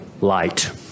Light